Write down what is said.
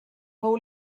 fou